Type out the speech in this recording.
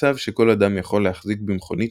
”המצב שכל אדם יכול להחזיק במכונית